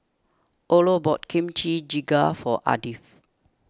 Orlo bought Kimchi Jjigae for Ardith